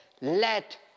Let